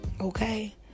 Okay